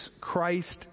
Christ